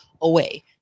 away